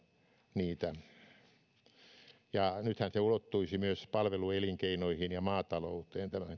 niitä nythän tämä tuplapoisto ulottuisi myös palveluelinkeinoihin ja maatalouteen